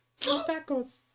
tacos